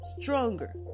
stronger